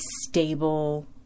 stable